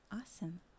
Awesome